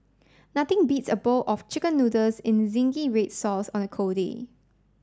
nothing beats a bowl of chicken noodles in zingy red sauce on a cold day